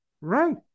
Right